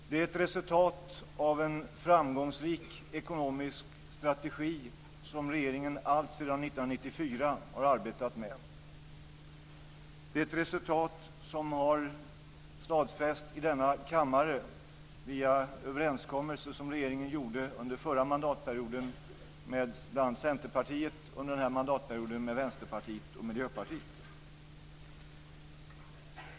Det är ett resultat av en framgångsrik ekonomisk strategi som regeringen alltsedan 1994 har arbetat med. Det är ett resultat som har stadfästs i denna kammare via överenskommelser som regeringen gjorde under förra mandatperioden med bl.a. Centerpartiet och under denna mandatperiod med Vänsterpartiet och Miljöpartiet.